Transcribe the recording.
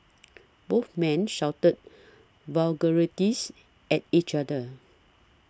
both men shouted vulgarities at each other